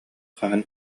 хаһан